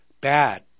bad